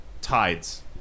tides